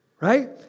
right